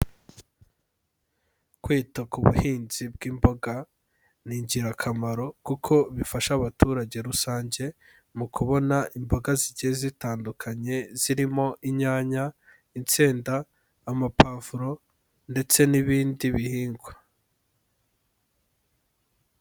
Kwita ku buhinzi bw'imboga ni ingirakamaro, kuko bifasha abaturage rusange mu kubona imboga zigiye zitandukanye zirimo : inyanya, insenda, amapavuro ndetse n'ibindi bihingwa.